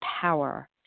power